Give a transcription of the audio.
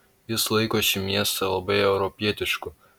jis laiko šį miestą labai europietišku